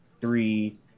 Three